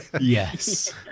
yes